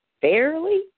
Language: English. fairly